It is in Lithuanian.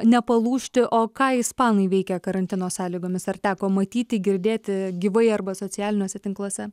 nepalūžti o ką ispanai veikia karantino sąlygomis ar teko matyti girdėti gyvai arba socialiniuose tinkluose